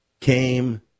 came